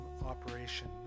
Operation